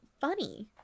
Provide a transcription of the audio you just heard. funny